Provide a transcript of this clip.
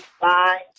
Bye